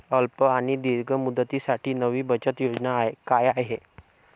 अल्प आणि दीर्घ मुदतीसाठी नवी बचत योजना काय आहे?